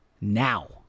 now